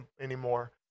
anymore